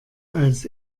als